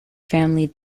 family